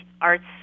arts